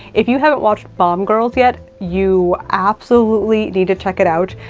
if you haven't watched bomb girls yet, you absolutely need to check it out.